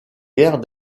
guerre